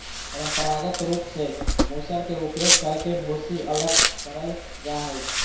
परंपरागत रूप से मूसल के उपयोग करके भूसी अलग करल जा हई,